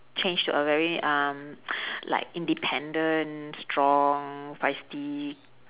change to a very um like independent strong feisty